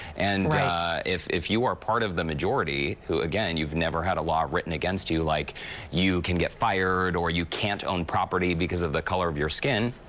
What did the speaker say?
and if if you were part of the majority who again, you have never had a law written against you like you can get fired or you can't own property because of the color of your skin.